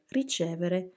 ricevere